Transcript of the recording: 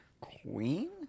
Queen